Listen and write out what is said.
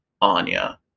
Anya